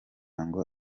ngo